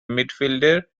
midfielder